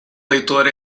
leitor